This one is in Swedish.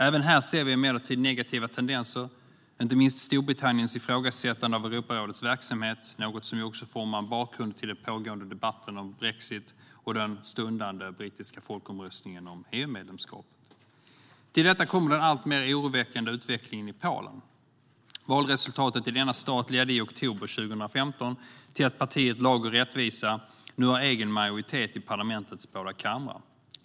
Även här ser vi emellertid negativa tendenser - inte minst Storbritanniens ifrågasättande av Europarådets verksamhet, något som också formar en bakgrund till den pågående debatten om brexit och den stundande brittiska folkomröstningen om EUmedlemskapet. Till detta kommer den alltmer oroväckande utvecklingen i Polen. Valresultatet i denna stat ledde i oktober 2015 till att partiet Lag och rättvisa nu har egen majoritet i parlamentets båda kamrar.